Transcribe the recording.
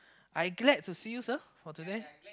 I glad to see you sir for today